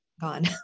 gone